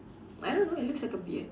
I don't know it looks like a beard